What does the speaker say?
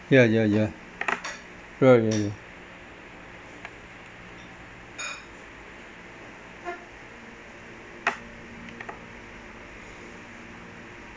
ya ya ya right ya ya